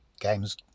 game's